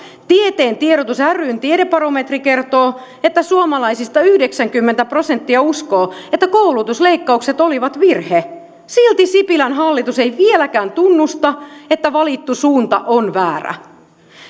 tieteen tiedotus ryn tiedebarometri kertoo että suomalaisista yhdeksänkymmentä prosenttia uskoo että koulutusleikkaukset olivat virhe silti sipilän hallitus ei vieläkään tunnusta että valittu suunta on väärä